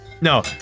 No